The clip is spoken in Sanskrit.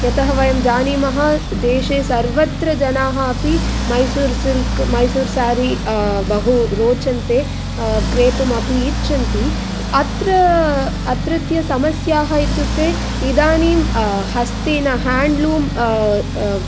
यतः वयं जानीमः देशे सर्वत्र जनाः अपि मैसूर् सिल्क् मैसूर् सारी बहु रोचन्ते क्रेतुमपि इच्छन्ति अत्र अत्रत्य समस्याः इत्युक्ते इदानीं हस्तेन हाण्ड्लूम्